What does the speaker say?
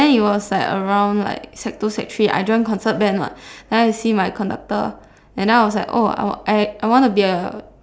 but then it was like around like sec two sec three I join concert band [what] then I see my conductor and then I was like oh I I I want to be a